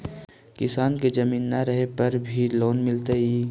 किसान के जमीन न रहला पर भी लोन मिलतइ?